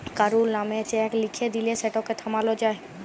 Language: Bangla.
কারুর লামে চ্যাক লিখে দিঁলে সেটকে থামালো যায়